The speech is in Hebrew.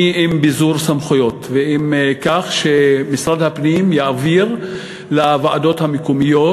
אני בעד ביזור סמכויות ובעד שמשרד הפנים יעביר לוועדות המקומיות,